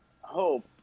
hope